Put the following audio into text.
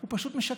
הוא פשוט משקר.